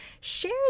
share